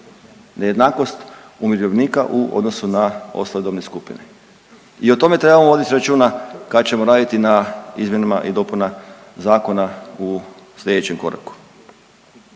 nejednakost umirovljenika u odnosu na ostale dobne skupine i o tome trebamo voditi računa kad ćemo raditi na izmjenama i dopuna zakona u slijedećem koraku.